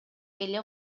эле